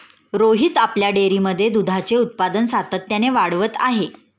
रोहित आपल्या डेअरीमध्ये दुधाचे उत्पादन सातत्याने वाढवत आहे